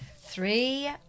three